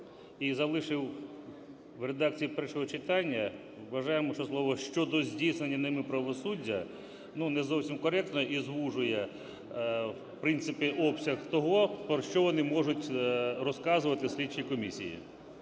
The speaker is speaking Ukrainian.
і залишив в редакції першого читання. Вважаємо, що слово "щодо здійснення ними правосуддя", ну, не зовсім коректне і звужує, в принципі, обсяг того, про що вони можуть розказувати слідчій комісії,